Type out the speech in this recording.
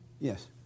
Yes